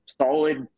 solid